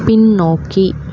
பின்னோக்கி